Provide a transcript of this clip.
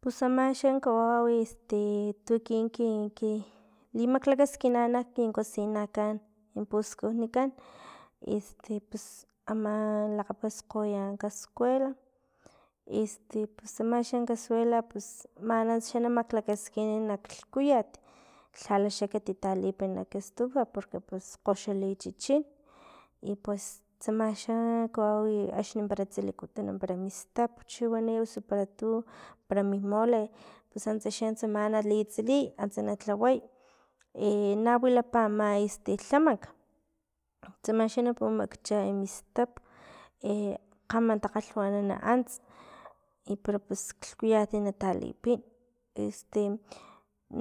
Pus ama xan kawawi este tu ekin ki ki limaklakaskina- na kin cosinakan kin puskujnikan este pus aman lakgapaskgoya kaskoro, este pus tsama xan casuela pus man antsa xa maklakaskin klhkuyat, lhala xa katitalip nak estufa porque pus kgoxa lichichin i pues tsama xa kawawi axni para tsilikutuna para mistap chiwani osu para tu para mi mole pus antsa xa tsama na litsiliy antsa na lhaway na wilapa ama este tlamank tsama xa na pumakchay mistap, kgama takgalhwanan ants i pero pus lhkuyat natalipin este